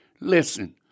listen